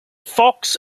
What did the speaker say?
fox